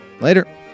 Later